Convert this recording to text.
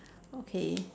okay